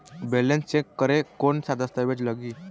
Balance check करें कोन सा दस्तावेज लगी?